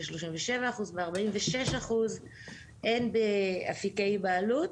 37% ו- 46% באפיקי בעלות,